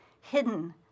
hidden